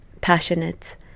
passionate